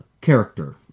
character